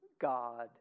God